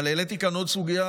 אבל העליתי כאן עוד סוגיה,